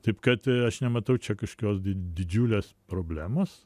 taip kad aš nematau čia kažkokios didžiulės problemos